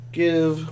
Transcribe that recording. give